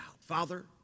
Father